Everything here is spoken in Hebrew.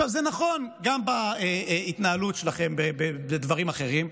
זה נכון גם בהתנהלות שלכם בדברים אחרים,